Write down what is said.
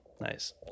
Nice